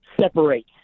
separate